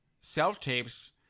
self-tapes